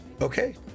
Okay